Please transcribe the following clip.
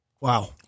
Wow